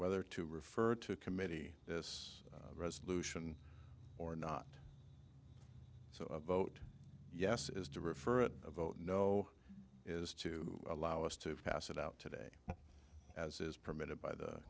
whether to refer to committee this resolution or not so a vote yes is to refer a vote no is to allow us to pass it out today as is permitted by the